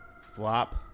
Flop